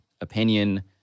opinion